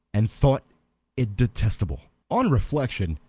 and thought it detestable. on reflection,